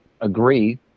agree